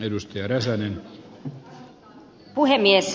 arvoisa herra puhemies